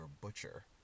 butcher